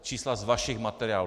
Čísla z vašich materiálů.